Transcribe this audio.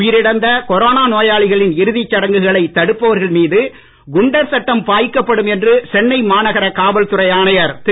உயிரிழந்த கொரோனோ நோயாளிகளின் இறுதிச் சடங்குகளை தடுப்பவர்கள் மீது குண்டர் சட்டம் பாய்க்கப்படும் என்று சென்னை மாநாகர காவல்துறை ஆணையர் திரு